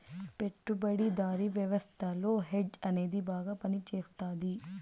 పెట్టుబడిదారీ వ్యవస్థలో హెడ్జ్ అనేది బాగా పనిచేస్తది